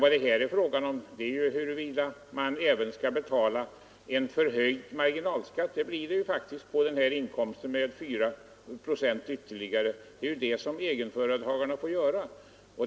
Vad det här är fråga om är huruvida man även skall betala en förhöjd marginalskatt — det blir det faktiskt — med ytterligare 4 procent. Det är vad egenföretagarna får göra.